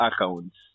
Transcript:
accounts